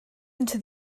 into